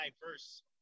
diverse